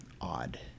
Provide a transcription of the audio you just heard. odd